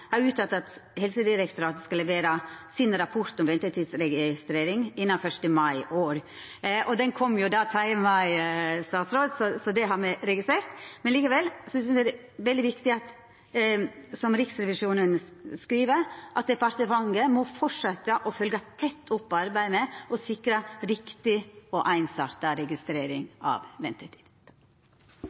har uttalt at Helsedirektoratet skal levera sin rapport om ventetidregistrering innan 1. mai i år. Han kom 3. mai, så det har me registrert. Likevel synest eg det er veldig viktig, som Riksrevisjonen skriv, at departementet må halda fram med å følgja tett opp arbeidet med å sikra riktig og einsarta registrering av